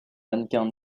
mannequin